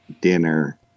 dinner